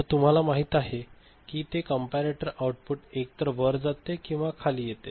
तर तुम्हाला माहिती आहे की ते कंपॅरेटर आउटपुट एकतर वर जाते किंवा खाली येते